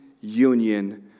union